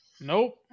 Nope